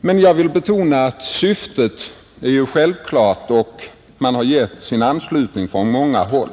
Jag vill emellertid betona att det föreliggande förslaget uppenbart är ett framsteg och att man har gett sin anslutning från många håll.